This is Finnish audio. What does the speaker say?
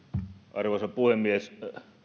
arvoisa puhemies